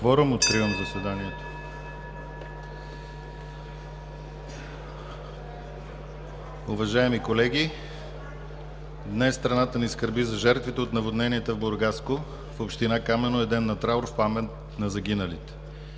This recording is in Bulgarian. кворум. Откривам заседанието.(Звъни.) Уважаеми колеги, днес страната ни скърби за жертвите от наводненията в Бургаско. В община Камено е Ден на траур в памет на загиналите.